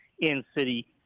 in-city